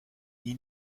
ils